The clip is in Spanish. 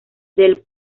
del